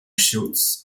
shoots